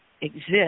exist